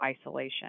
isolation